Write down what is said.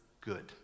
good